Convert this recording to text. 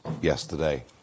yesterday